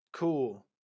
cool